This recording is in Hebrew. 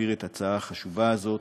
להעביר את ההצעה החשובה הזאת.